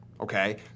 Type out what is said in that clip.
Okay